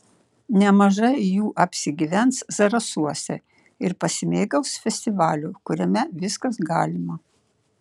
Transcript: nemažai jų apsigyvens zarasuose ir pasimėgaus festivaliu kuriame viskas galima